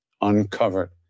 uncovered